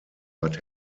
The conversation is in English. but